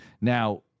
Now